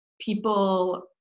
people